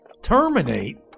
terminate